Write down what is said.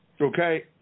okay